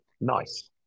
nice